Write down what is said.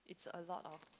it's a lot of